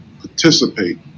participate